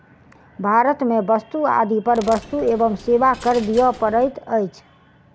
भारत में वस्तु आदि पर वस्तु एवं सेवा कर दिअ पड़ैत अछि